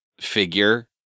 figure